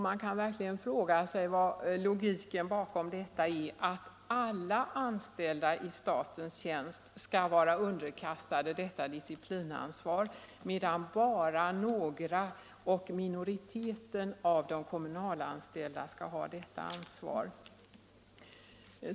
Man kan vidare fråga sig om det är logiskt att alla anställda i statens tjänst skall vara underkastade författningsreglerat disciplinansvar, medan bara en minoritet av de kommunalanställda skall ha detta ansvar.